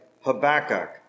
Habakkuk